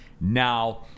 now